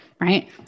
right